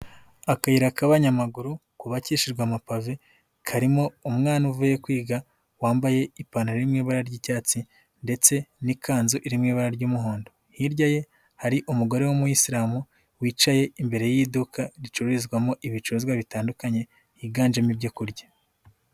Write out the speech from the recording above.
Akayira k'abanyamaguru kubakishejwe amapave karimo umwana uvuye kwiga wambaye ipantaro mu ibara ry'icyatsi ndetse n'ikanzu iri mu ibara ry'umuhondo, hirya ye hari umugore w'umuyisilamu wicaye imbere y'iduka ricururizwamo ibicuruzwa bitandukanye byiganjemo ibyo kurya.